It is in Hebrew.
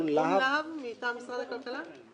לה"ב מטעם משרד הכלכלה?